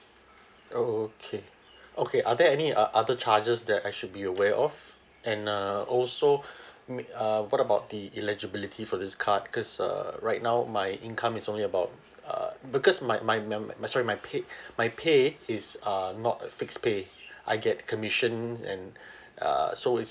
oh okay okay are there any uh other charges that I should be aware of and uh also may uh what about the eligibility for this card cause err right now my income is only about uh because my my my my my sorry my pay my pay is um not a fixed pay I get commission and err so it's